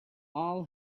all